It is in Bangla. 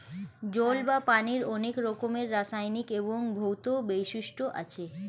জল বা পানির অনেক রকমের রাসায়নিক এবং ভৌত বৈশিষ্ট্য আছে